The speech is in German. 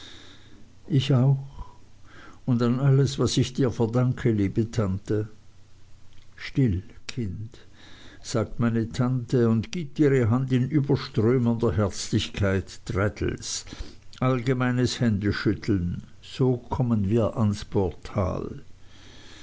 ich auch und an alles was ich dir verdanke liebe tante still kind sagt meine tante und gibt ihre hand in überströmender herzlichkeit traddles allgemeines händeschütteln so kommen wir ans portal